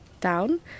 down